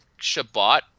Shabbat